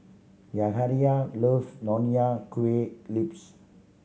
Yahaira loves nonya kueh lips